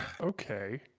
Okay